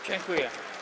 Dziękuję.